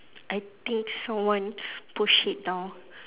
I think someone push it down